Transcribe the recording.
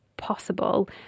possible